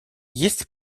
есть